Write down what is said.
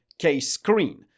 KScreen